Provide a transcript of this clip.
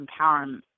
Empowerment